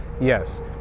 Yes